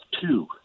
two